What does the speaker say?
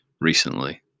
recently